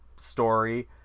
story